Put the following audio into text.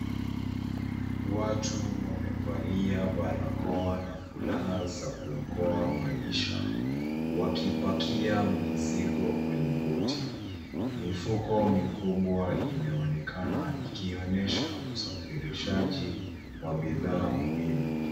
Watu wamevalia barakoa na fulana za kuokoa maisha, wakipakia mizigo kwenye boti. Mifuko mikubwa imeonekana ikionyesha usafirishaji wa bidhaa muhimu.